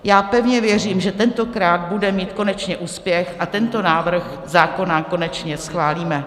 Já pevně věřím, že tentokrát bude mít konečně úspěch a tento návrh zákona konečně schválíme.